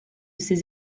ses